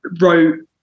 wrote